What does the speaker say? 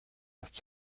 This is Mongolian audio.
авч